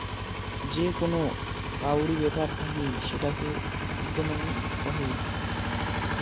যে কোন কাউরি ব্যাপার থাকি সেটাকে ইকোনোমি কহে